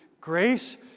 grace